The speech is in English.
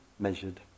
measured